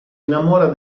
innamora